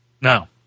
No